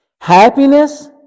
Happiness